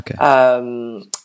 Okay